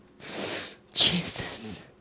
Jesus